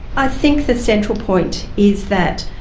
i think the central point is that,